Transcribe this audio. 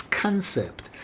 concept